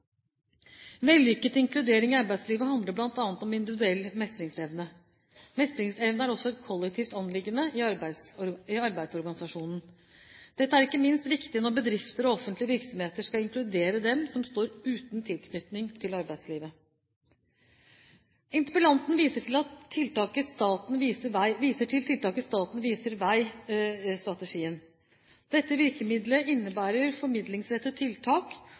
Vellykket inkludering i arbeidslivet handler bl.a. om individuell mestringsevne. Mestringsevne er også et kollektivt anliggende i arbeidsorganisasjonen. Dette er ikke minst viktig når bedrifter og offentlige virksomheter skal inkludere dem som står uten tilknytning til arbeidslivet. Interpellanten viser til tiltaket Staten viser vei